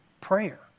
prayer